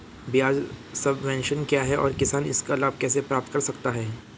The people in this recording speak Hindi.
ब्याज सबवेंशन क्या है और किसान इसका लाभ कैसे प्राप्त कर सकता है?